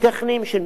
של עיכובים.